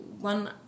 one